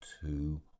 two